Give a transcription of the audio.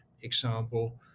example